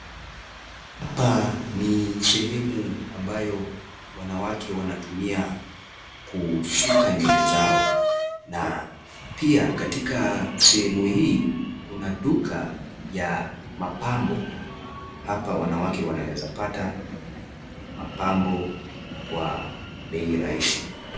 Hapa ni sehemu ambayo wanawake wanatumia kusuka nywele zao, na pia katika sehemu hii kuna duka ya mapambo, hapa wanawake wanaweza pata mapambo kwa bei rahisi.